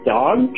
dog